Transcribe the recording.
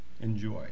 enjoy